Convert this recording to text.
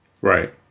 Right